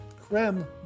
Creme